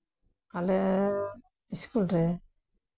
ᱟᱞᱮ ᱤᱥᱠᱩᱞ ᱨᱮ